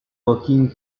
working